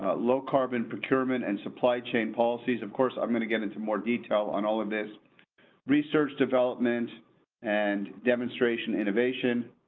but low carbon, procurement and supply chain policies. of course, i'm going to get into more detail on all of this research development and demonstration innovation.